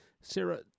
Sarah